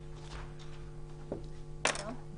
את (2)